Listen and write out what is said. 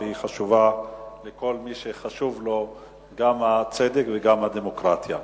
שהיא חשובה לכל מי שחשובים לו גם הצדק וגם הדמוקרטיה.